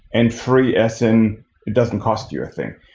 and free as in it doesn't cost you a thing.